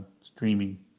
streaming